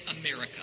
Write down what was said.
America